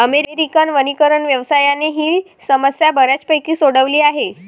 American वनीकरण व्यवसायाने ही समस्या बऱ्यापैकी सोडवली आहे